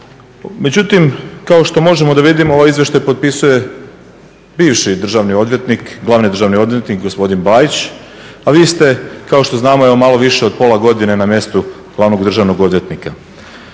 Međutim kao što možemo vidjeti ovaj izvještaj potpisuje bivši glavni državni odvjetnik gospodina Bajić, a vi ste kao što znamo evo malo više od pola godine na mjestu glavnog državnog odvjetnika.